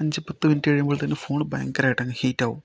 അഞ്ച് പത്ത് മിനിറ്റ് കഴിയുമ്പോൾ തന്നെ ഫോൺ ഭയങ്കരമായിട്ടങ്ങ് ഹീറ്റാകും